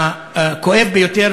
הכואב ביותר,